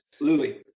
Louis